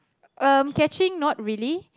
um catching not really